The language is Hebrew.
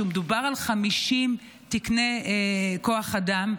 שמדובר על 50 תקני כוח אדם,